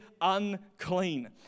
unclean